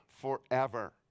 forever